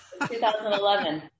2011